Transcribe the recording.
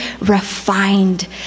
refined